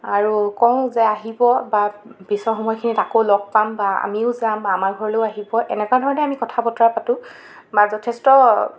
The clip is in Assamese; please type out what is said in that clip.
আৰু কওঁ যে আহিব বা পিছৰ সময়খিনিত আকৌ লগ পাম বা আমিও যাম আমাৰ ঘৰলেও আহিব এনেকুৱা ধৰণে আমি কথা বতৰা পাতো বা যথেষ্ট